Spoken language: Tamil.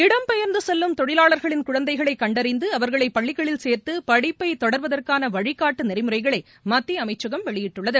இடம்பெயர்ந்து செல்லும் தொழிலாளர்களின் குழந்தைகளை கண்டறிந்து அவர்களை பள்ளிகளில் சேர்த்து படிப்பை தொடர்வதற்கான வழிகாட்டு நெறிமுறைகளை மத்திய அமைச்சகம் வெளியிட்டுள்ளது